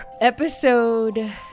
episode